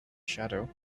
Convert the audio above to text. shadow